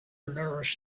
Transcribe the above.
nourish